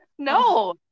no